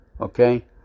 okay